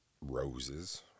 roses